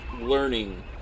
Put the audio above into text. learning